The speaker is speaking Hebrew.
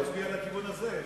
תצביע לכיוון הזה,